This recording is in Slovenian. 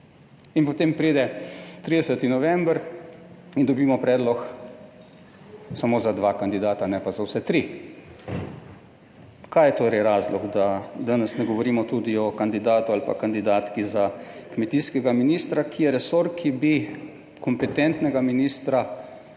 Potem pride 30. november in dobimo predlog samo za dva kandidata ne pa za vse tri. Kaj je torej razlog, da danes ne govorimo tudi o kandidatu ali pa kandidatki za kmetijskega ministra, ki je resor, ki bi kompetentnega ministra